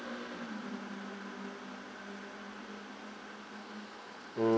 mm